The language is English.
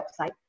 website